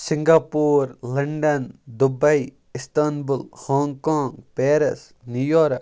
Singapore London Dubai Istanbul Hong Kong Paris New York